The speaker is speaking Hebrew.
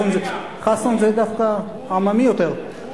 חאסון זה דווקא עממי יותר.